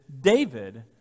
David